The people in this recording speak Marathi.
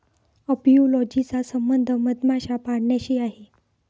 अपियोलॉजी चा संबंध मधमाशा पाळण्याशी आहे